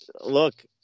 look